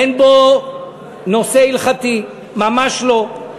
אין בו נושא הלכתי, ממש לא.